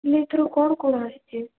ନାହିଁ ଏଥର କ'ଣ କ'ଣ ଆସିଛି